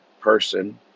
person